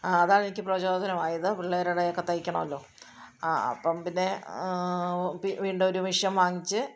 അതാണെനിക്ക് പ്രചോദനമായതു പിള്ളേരുടെയൊക്കെ തയ്ക്കണമല്ലോ ആ അപ്പം പിന്നെ ഓ വീണ്ടും ഒരു മഷീൻ വാങ്ങിച്ച്